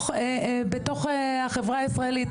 בתוך החברה הישראלית,